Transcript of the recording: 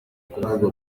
kuvuga